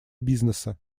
бизнеса